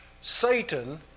Satan